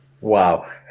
Wow